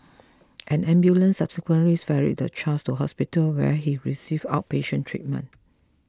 an ambulance subsequently ferried the child to hospital where he received outpatient treatment